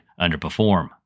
underperform